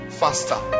faster